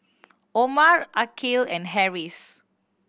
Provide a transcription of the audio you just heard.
Omar Aqil and Harris